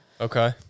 Okay